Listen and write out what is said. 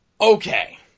Okay